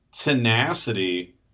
tenacity